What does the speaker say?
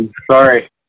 Sorry